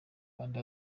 kandi